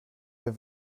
der